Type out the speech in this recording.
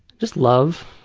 just love.